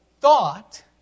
thought